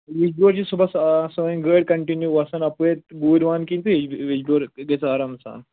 وِٮ۪جبیٛوٗر چھِ صُبَحس سٲنۍ گٲڑۍ کَنٹِنیوٗ وسان اَپٲرۍ گوٗرۍ وان کِنۍ تہٕ وِٮ۪جبیٛوٗر گژھِ آرام سان